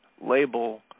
label